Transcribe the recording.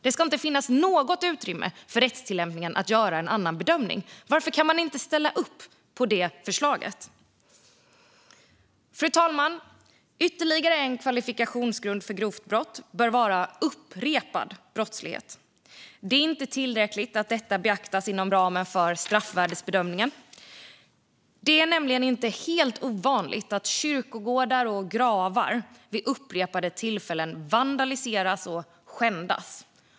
Det ska inte finnas något utrymme för en annan bedömning vid rättstillämpningen. Varför kan man inte ställa upp på det förslaget? Fru talman! Ytterligare en kvalifikationsgrund för grovt brott bör vara upprepad brottslighet. Det är inte tillräckligt att detta beaktas inom ramen för straffvärdesbedömningen. Det är nämligen inte helt ovanligt att kyrkogårdar och gravar vid upprepade tillfällen vandaliseras och skändas.